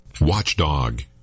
Watchdog